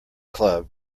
club